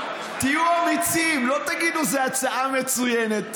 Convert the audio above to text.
תהיו אמיצים, אל תגידו שזו הצעה מצוינת.